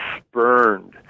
spurned